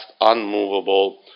unmovable